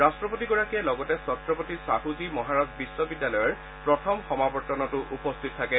ৰাষ্ট্ৰপতিগৰাকীয়ে লগতে ছত্ৰপতি চাহু জী মহাৰাজ বিশ্ববিদ্যালয়ৰ প্ৰথম সমাৰ্তনতো উপস্থিত থাকে